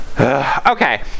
Okay